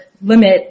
limit